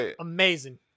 amazing